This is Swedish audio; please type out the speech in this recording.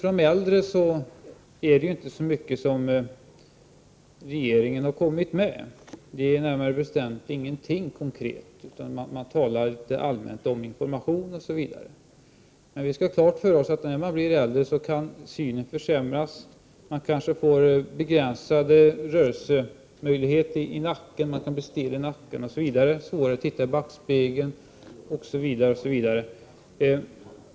För de äldre körkortsinnehavarna har dock inte regeringen så mycket att komma med. Närmare bestämt är det ingenting konkret. Man talar bara allmänt om information till dem osv. Men vi skall ha klart för oss att synen försämras hos äldre människor, rörelseförmågan försämras och stelhet i nacken är vanlig. Det är ofta svårare för äldre människor att titta i backspegeln.